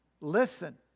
Listen